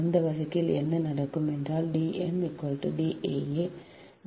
அந்த வழக்கில் என்ன நடக்கும் என்றல் D m D aa D ab